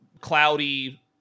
cloudy